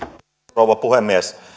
rouva puhemies